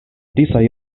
disaj